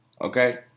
okay